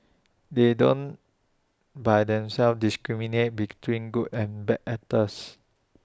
they don't by themselves discriminate between good and bad actors